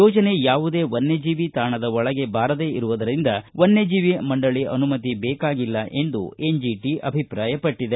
ಯೋಜನೆ ಯಾವುದೇ ವನ್ತಜೀವಿ ತಾಣದ ಒಳಗೆ ಬಾರದೆ ಇರುವುದರಿಂದ ವನ್ನಜೀವಿ ಮಂಡಳಿ ಅನುಮತಿ ಬೇಕಾಗಿಲ್ಲ ಎಂದು ಎನ್ಜೆಟಿ ಅಭಿಪ್ರಾಯಪಟ್ಟಿದೆ